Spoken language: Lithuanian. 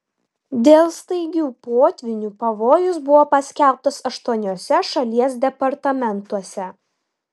dėl staigių potvynių pavojus buvo paskelbtas aštuoniuose šalies departamentuose